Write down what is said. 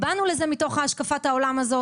באנו לזה מתוך השקפת העולם הזאת,